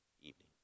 evening